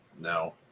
no